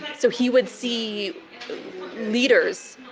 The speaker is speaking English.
so he would see leaders,